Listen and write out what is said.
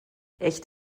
echt